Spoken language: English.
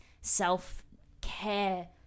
self-care